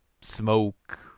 smoke